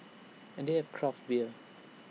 and they have craft beer